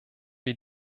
wir